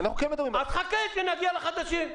חכה שנגיע לחדשים.